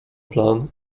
plan